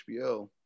HBO